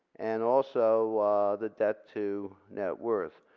and also the debt to net worth.